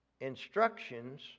Instructions